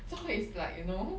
so it's like you know